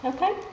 Okay